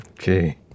Okay